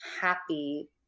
happy